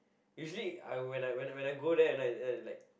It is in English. usually I when I when I go there at night and then like